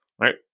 Right